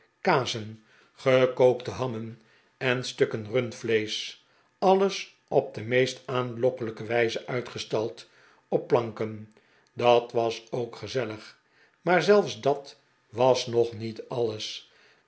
kazen gekookte hammen en stukken rundvleesch alles op de meest aanlokkelijke wijze uitgestald op planken dat was k gezellig maar zelfs dat was nog niet alles